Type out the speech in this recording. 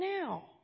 now